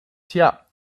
tja